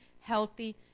healthy